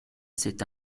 cet